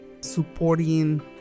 supporting